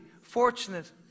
fortunate